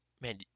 man